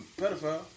pedophile